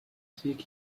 seek